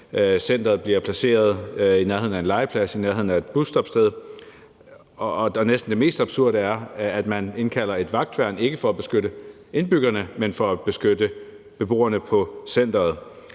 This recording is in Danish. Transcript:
Centeret bliver placeret i nærheden af en legeplads og i nærheden af et busstoppested. Og det mest absurde er næsten, at man indkalder et vagtværn, ikke for at beskytte indbyggerne, men for at beskytte beboerne på centeret.